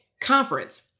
conference